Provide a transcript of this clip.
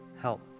help